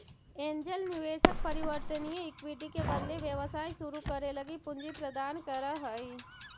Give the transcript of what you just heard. angel निवेशक परिवर्तनीय equity के बदले व्यवसाय शुरू करे लगी पूंजी प्रदान करऽ हइ